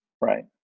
Right